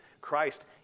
Christ